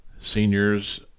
seniors